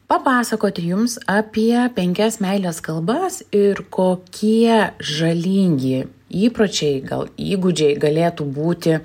papasakoti jums apie penkias meilės kalbas ir kokie žalingi įpročiai gal įgūdžiai galėtų būti